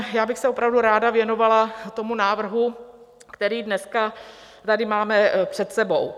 Já bych se opravdu ráda věnovala návrhu, který dneska tady máme před sebou.